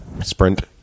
Sprint